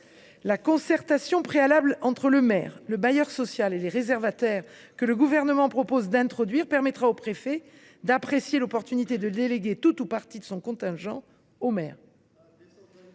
La concertation préalable entre le maire, le bailleur social et les réservataires que le Gouvernement propose d’introduire permettra au préfet d’apprécier l’opportunité de déléguer tout ou partie de son contingent au maire.